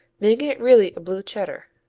making it really a blue cheddar.